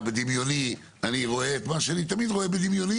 בדמיוני אני רואה את מה שאני תמיד רואה בדמיוני